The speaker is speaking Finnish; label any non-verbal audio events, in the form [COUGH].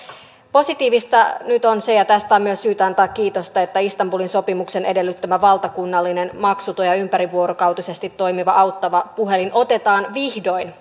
positiivista nyt on se ja tästä on myös syytä antaa kiitosta että istanbulin sopimuksen edellyttämä valtakunnallinen maksuton ja ympärivuorokautisesti toimiva auttava puhelin otetaan vihdoin [UNINTELLIGIBLE]